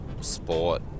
sport